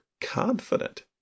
confident